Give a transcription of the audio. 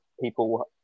people